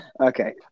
Okay